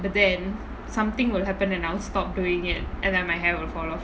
but then something will happen and I'll stop doing it and like my hair will fall off